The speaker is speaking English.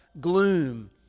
gloom